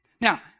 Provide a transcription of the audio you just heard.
Now